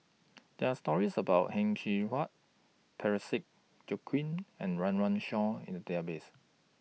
There Are stories about Heng Cheng Hwa Parsick Joaquim and Run Run Shaw in The Database